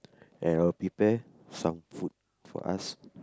and I'll prepare some food for us